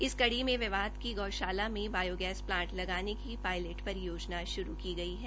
इस कड़ी में मेवात की गौशाला में बायोगैस प्लांट लगाने की पायलट परियोजना शुरू की गई है